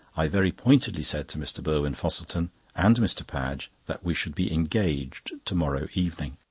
i very pointedly said to mr. burwin-fosselton and mr. padge that we should be engaged to-morrow evening.